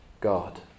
God